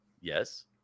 Yes